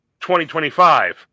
2025